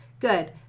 Good